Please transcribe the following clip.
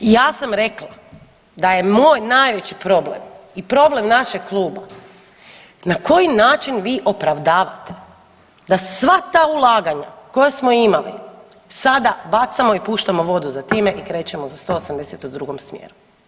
I ja sam rekla da je moj najveći problem i problem našeg kluba na koji način vi opravdavate da sva ta ulaganja koja smo imala sada bacamo i puštamo vodu za time i krećemo za 180 u drugom smjeru.